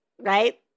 right